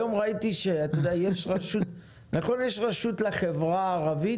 היום ראיתי שיש רשות לחברה הערבית.